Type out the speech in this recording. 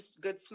good